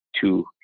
two